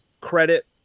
credit